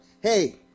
Hey